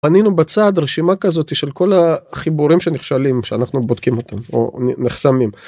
בנינו בצד רשימה כזאת של כל החיבורים שנכשלים שאנחנו בודקים או נחסמים.